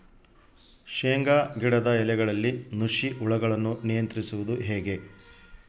ಶೇಂಗಾ ಗಿಡದ ಎಲೆಗಳಲ್ಲಿ ನುಷಿ ಹುಳುಗಳನ್ನು ನಿಯಂತ್ರಿಸುವುದು ಹೇಗೆ?